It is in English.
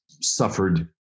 suffered